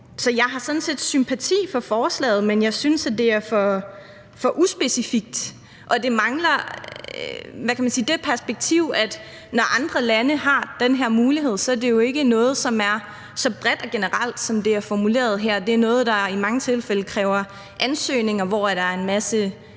jeg har sådan set sympati for forslaget, men jeg synes, det er for uspecifikt, og det mangler det perspektiv, at når andre lande har den her mulighed, er det jo ikke noget, som er så bredt og generelt, som det er formuleret her. Det er noget, der i mange tilfælde kræver ansøgninger, og hvor der er en masse